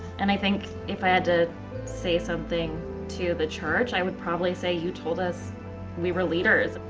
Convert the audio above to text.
and i think if i had to say something to the church, i would probably say, you told us we were leaders.